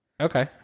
okay